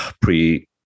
Pre